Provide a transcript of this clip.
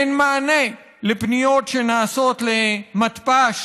אין מענה לפניות שנעשות למתפ"ש,